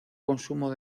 consumo